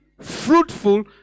fruitful